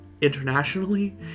internationally